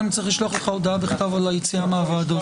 אני כבר נותן הטרמה לגלעד,